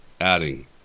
adding